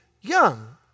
young